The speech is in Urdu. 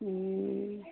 ہوں